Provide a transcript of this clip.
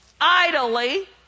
idly